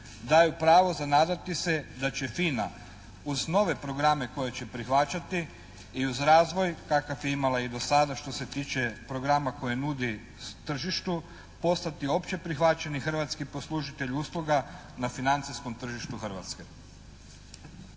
daju pravo za nadati se da će FINA uz nove programe koje će prihvaćati i uz razvoj kakav je imala i do sada šta se tiče programa koje nudi tržištu postati općeprihvaćeni hrvatski poslužitelj usluga na financijskom tržištu Hrvatske.